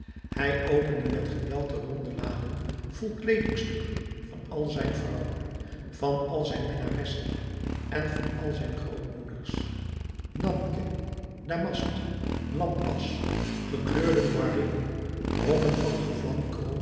hij opende met geweld de ronde laden vol kleedingstukken van al zijn vrouwen van al zijn minnaressen en van al zijn grootmoeders nanking damast lampas gekleurd moiré rokken van gevlamd